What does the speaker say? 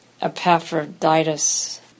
Epaphroditus